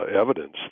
evidence